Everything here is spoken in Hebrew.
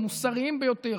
המוסריים ביותר,